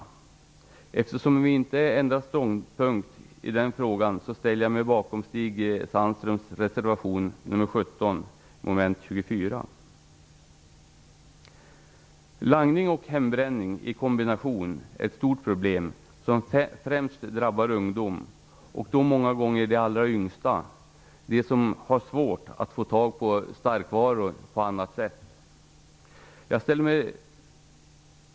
Eftersom vi inte har ändrat ståndpunkt i den frågan ställer jag mig bakom Stig Sandströms reservation nr 17, mom. 24. Langning och hembränning i kombination är ett stort problem som främst drabbar ungdom och många gånger de allra yngsta, de som kan ha svårt att få tag på starkvaror på annat sätt.